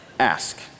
Ask